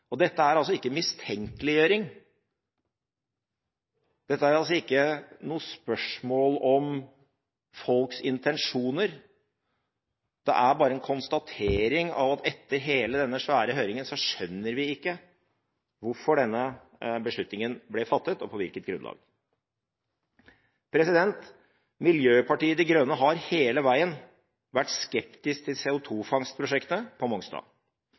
Dette er ikke mistenkeliggjøring. Dette er ikke noe spørsmål om folks intensjoner. Det er bare en konstatering av at vi etter hele denne svære høringen ikke skjønner hvorfor denne beslutningen ble fattet og på hvilket grunnlag. Miljøpartiet De Grønne har hele veien vært skeptisk til CO2-fangstprosjektet på Mongstad.